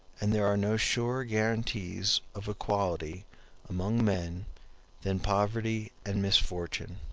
and there are no surer guarantees of equality among men than poverty and misfortune.